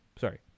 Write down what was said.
Sorry